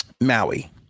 Maui